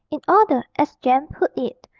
in order, as jem put it,